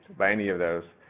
by any of those.